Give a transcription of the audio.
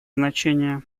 значение